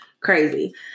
crazy